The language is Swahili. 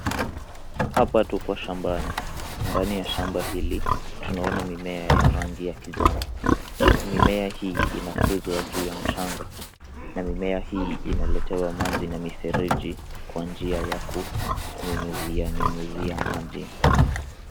Hapa tuko shambani. Ndani ya shamba hili tunaona mimea ya rangi ya kijani na mimea hii inakuzwa juu ya mchanga, na mimea hii inaletewa maji kwa njia ya kunyunyizia nyunyizia maji.